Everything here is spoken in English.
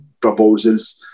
proposals